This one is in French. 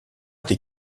des